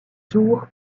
jour